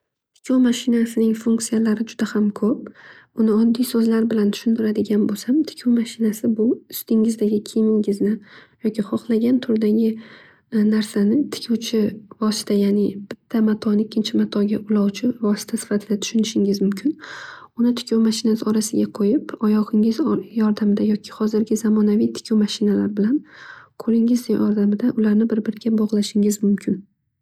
Tikuv mashinasining funksiyalari judam ham ko'p. Uni oddioy so'\zlar bilan tushuntiradigan bo'lsam tikuv mashinasi bu ustingizdagi kiymingizni yoki hohlagan turdagi narsalarni tikuvchi vosita yani bitta matoni ikkinchi matoga ulovchi vosita sifatida tushunishingiz mumkin. Uni tikuv mashinasi orasiga qo'yib oyoqingiz yordamida yoki hozirgi zamonaviy tikuv mashinalari bilan qo'lingiz yordamida ularni bir biriga bog'lashingiz mumkin.